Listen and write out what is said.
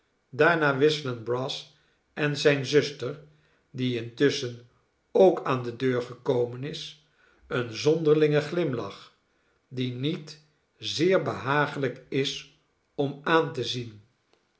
daarna wisselen brass en zijne zuster die intusschen ook aan de deur gekomen is een zonderlingen glimlach die niet zeer behagelijk is om aan te zien